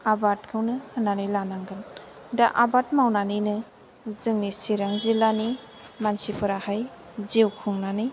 आबादखौनो होन्नानै लानांगोन दा आबाद मावनानैनो जोंनि चिरां जिल्लानि मानसिफोराहाय जिउ खुंनानै